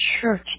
church